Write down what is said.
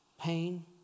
pain